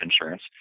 insurance